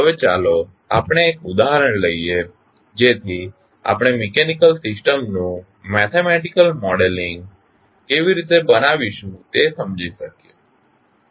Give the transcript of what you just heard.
હવે ચાલો આપણે એક ઉદાહરણ લઈએ જેથી આપણે મિકેનિકલ સિસ્ટમનું મેથેમેટીકલ મોડેલ કેવી રીતે બનાવીશું તે સમજી શકીએ